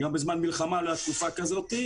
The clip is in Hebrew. גם בזמן מלחמה לא הייתה תקופה כזאת.